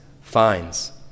finds